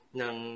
ng